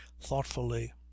thoughtfully